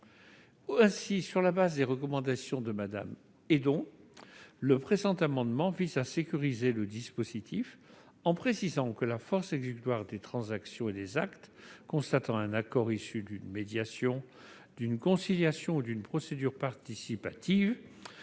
Ainsi, sur la base de ces recommandations de Mme Hédon, le présent amendement vise à sécuriser le dispositif en précisant que la force exécutoire des transactions et des actes constatant un accord issu d'une médiation, d'une conciliation ou d'une procédure participative